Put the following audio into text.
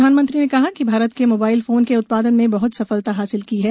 प्रधानमंत्री ने कहा कि भारत ने मोबाइल फोन के उत्पादन में बहुत सफलता हासिल की है